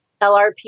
LRP